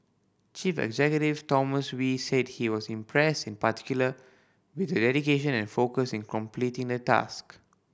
chief executive Thomas Wee said he was impressed in particular with their dedication and focus in completing the task